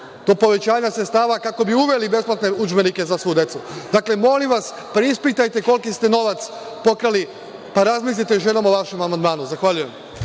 do povećanja sredstava kako bi uveli besplatne udžbenike za svu decu. Dakle, molim vas preispitajte koliki ste novac pokrali pa razmislite još jednom o vašem amandmanu. Zahvaljujem.(Saša